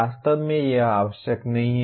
वास्तव में यह आवश्यक नहीं है